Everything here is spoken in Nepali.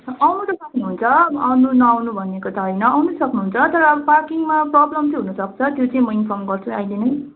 आउनु त सक्नुहुन्छ आउनु नआउनु भनेको त होइन आउनु सक्नुहुन्छ तर अब पार्किङमा प्रब्लम चाहिँ हुन सक्छ त्यो चाहिँ म इन्मफर्म गर्छु अहिले नै